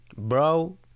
Bro